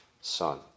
son